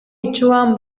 itsuan